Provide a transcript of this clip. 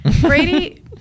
Brady